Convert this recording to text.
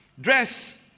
Dress